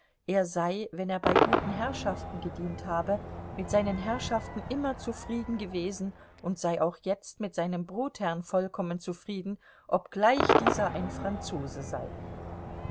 er sei wenn er bei guten herrschaften gedient habe mit seinen herrschaften immer zufrieden gewesen und sei auch jetzt mit seinem brotherrn vollkommen zufrieden obgleich dieser ein franzose sei